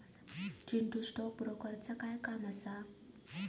Chintu, stock ब्रोकरचा काय काम असा?